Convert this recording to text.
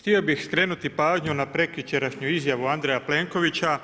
Htio bih skrenuti pažnju na prekjučerašnju izjavu Andreja Plenkovića